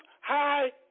High